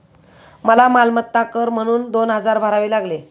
मला मालमत्ता कर म्हणून दोन हजार भरावे लागले